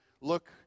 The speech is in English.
look